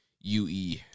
UE